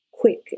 quick